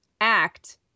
Act